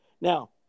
Now